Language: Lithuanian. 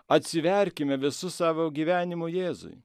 atsiverkime visu savo gyvenimu jėzui